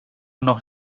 noch